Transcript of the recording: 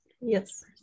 Yes